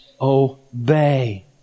obey